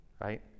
right